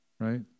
right